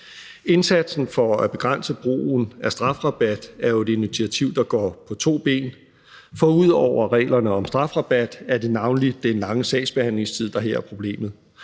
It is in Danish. Indsatsen for at begrænse brugen af strafrabat er jo et initiativ, der går på to ben, for ud over reglerne om strafrabat er det navnlig den lange sagsbehandlingstid, der her er problemet,